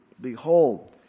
Behold